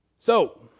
so